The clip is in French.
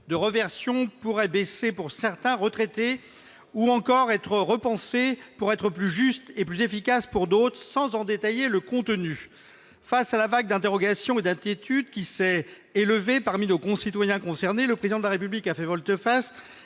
de réversion pourraient « baisser pour certains retraités » ou encore être repensées pour être « plus justes et plus efficaces » pour d'autres, sans en détailler le contenu. Face à la vague d'interrogations et d'inquiétudes qui s'est élevée parmi nos concitoyens concernés, le Président de la République a fait volte-face